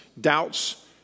doubts